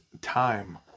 time